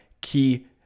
key